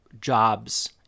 jobs